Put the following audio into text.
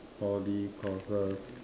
Poly courses